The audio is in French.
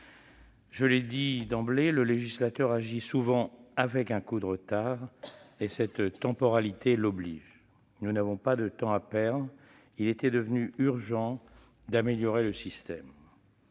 Je l'ai dit d'emblée : le législateur agit souvent avec un coup de retard. Cette temporalité l'oblige. Nous n'avons pas de temps à perdre : il était devenu urgent d'améliorer le système.